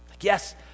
Yes